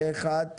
פה אחד.